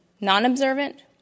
non-observant